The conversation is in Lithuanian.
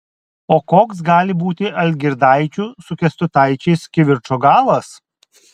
o koks gali būti algirdaičių su kęstutaičiais kivirčo galas